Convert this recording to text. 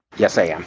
yes, i am.